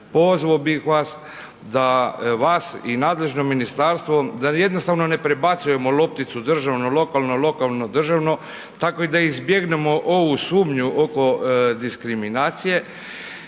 pozvao bih vas da vas i nadležno ministarstvo, da jednostavno ne prebacujemo lopticu državno-lokalno, lokalno-državno, tako da i izbjegnemo ovu sumnju oko diskriminacije